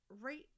right